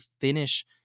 finish